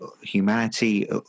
humanity